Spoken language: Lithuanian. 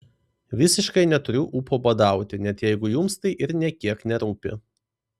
visiškai neturiu ūpo badauti net jeigu jums tai ir nė kiek nerūpi